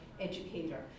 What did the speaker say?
educator